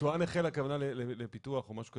"ביצוען החל" הכוונה לפיתוח או משהו כזה.